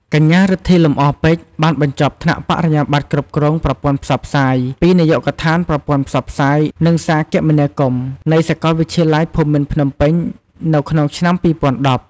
កញ្ញា រិទ្ធី លំអរពេជ្រ បានបញ្ចប់ថ្នាក់ បរិញ្ញាបត្រគ្រប់គ្រងប្រព័ន្ធផ្សព្វផ្សាយ ពីនាយកដ្ឋានប្រព័ន្ធផ្សព្វផ្សាយ និងសារគមនាគមន៍ នៃសាកលវិទ្យាល័យភូមិន្ទភ្នំពេញ នៅក្នុងឆ្នាំ ២០១០។